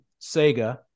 sega